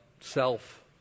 self